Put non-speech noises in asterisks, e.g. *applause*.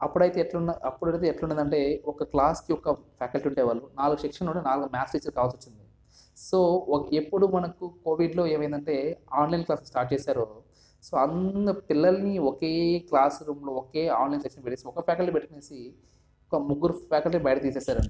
అప్పుడైతే ఎట్లున్న అప్పుడైతే ఎట్లున్నది అంటే ఒక క్లాస్కి ఒక ఫ్యాకల్టీ ఉండేవాళ్ళు నాలుగు సెక్షన్లు ఉంటే నాలుగు మ్యాథ్స్ టీచర్స్ కావాల్సి వచ్చింది సో ఒక ఎప్పుడూ మనకు *unintelligible* ఏమైంది అంటే ఆన్లైన్ క్లాసెస్ స్టార్ట్ చేశారో సో అన్ని పిల్లల్ని ఒకే క్లాస్రూమ్లో ఒకే ఆన్లైన్ క్లాస్లో ఒక ఫ్యాకల్టీని పెట్టుకునేసి ఒక ముగ్గురు ఫ్యాకల్టీని బయట తీసేసారండి